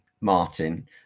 Martin